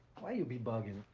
why you be buggin?